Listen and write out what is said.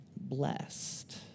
blessed